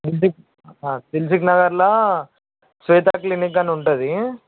దిల్సుఖ్ దిల్సుఖ్నగర్లో శ్వేతా క్లినిక్ అని ఉంటుంది